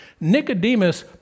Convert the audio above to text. Nicodemus